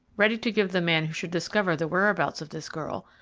ready to give the man who should discover the whereabouts of this girl,